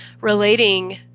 relating